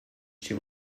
she